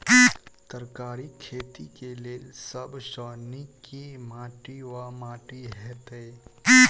तरकारीक खेती केँ लेल सब सऽ नीक केँ माटि वा माटि हेतै?